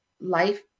life